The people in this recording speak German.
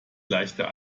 leichter